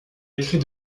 écrit